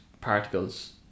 particles